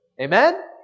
Amen